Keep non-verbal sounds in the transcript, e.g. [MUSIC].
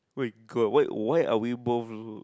wait god why why are we both [NOISE]